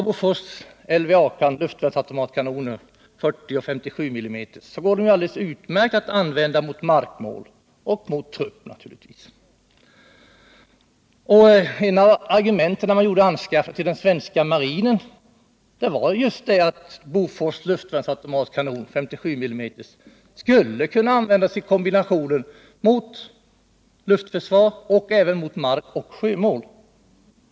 Bofors luftvärnsautomatkanoner 40 mm och 57 mm går naturligtvis utmärkt att använda mot markmål och mot trupp. Ett av argumenten för anskaffningen av Bofors luftvärnsautomatkanon 57 mm till svenska marinen var just att den skulle kunna användas i kombinationer av luftförsvar och försvar mot markoch sjömål.